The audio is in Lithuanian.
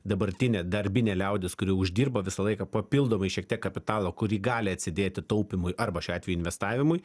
dabartinė darbinė liaudis kuri uždirba visą laiką papildomai šiek tiek kapitalo kurį gali atsidėti taupymui arba šiuo atveju investavimui